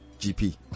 GP